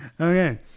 Okay